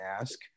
ask